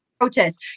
protest